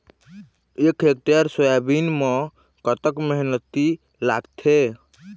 एक hectare soybean म कतक मेहनती लागथे?